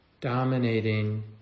dominating